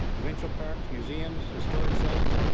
provincial parks, museums, historic sites,